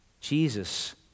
Jesus